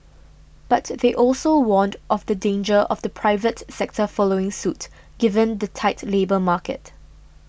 but they also warned of the danger of the private sector following suit given the tight labour market